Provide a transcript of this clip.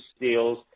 deals